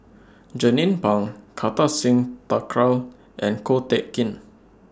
Jernnine Pang Kartar Singh Thakral and Ko Teck Kin